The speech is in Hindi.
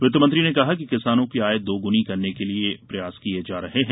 वित्त मंत्री ने कहा कि किसानों की आय दोगुनी करने के लिए प्रयास किए जा रहे हैं